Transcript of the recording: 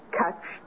catch